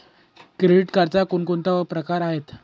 Credit कार्डचे कोणकोणते प्रकार आहेत?